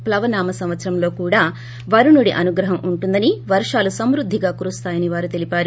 ప్లవనామ సంవత్సరంలో కూడా వరుణుడి అనుగ్రహం ఉంటుందని వర్షాలు సమృద్దిగా కురుస్తాయని వారు తెలిపారు